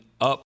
up